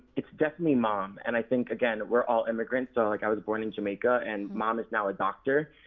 it's definitely mom, and i think again we're all immigrants. so like i was born in jamaica and mom is now a doctor,